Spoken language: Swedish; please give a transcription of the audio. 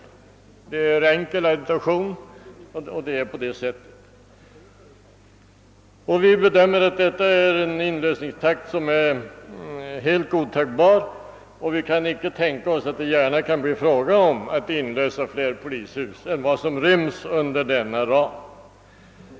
Det är enkel addition. Vi bedömer saken så, att det här är fråga om en inlösningstakt som är helt godtagbar. Vi kan inte tänka oss att det gärna kan bli fråga om att inlösa fler polishus än vad som ryms inom denna ram.